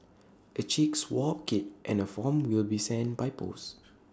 A cheek swab kit and A form will be sent by post